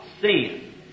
sin